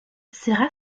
sera